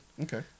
Okay